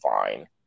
Fine